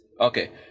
Okay